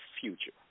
future